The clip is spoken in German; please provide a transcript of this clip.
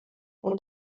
und